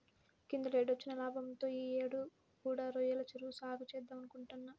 కిందటేడొచ్చిన లాభంతో యీ యేడు కూడా రొయ్యల చెరువు సాగే చేద్దామనుకుంటున్నా